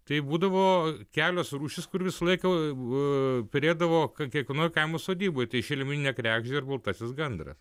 tai būdavo kelios rūšys kur visą laiką perėdavo kiekvienoj kaimo sodyboj tai šelmeninė kregždė ir baltasis gandras